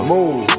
Move